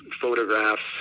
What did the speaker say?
photographs